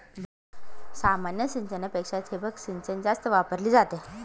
सामान्य सिंचनापेक्षा ठिबक सिंचन जास्त वापरली जाते